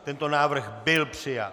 Tento návrh byl přijat.